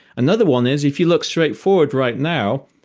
another one is if you look straight forward right now,